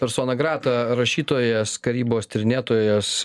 persona grata rašytojas karybos tyrinėtojas